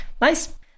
nice